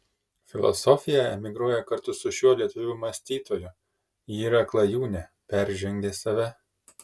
filosofija emigruoja kartu su šiuo lietuvių mąstytoju ji yra klajūnė peržengia save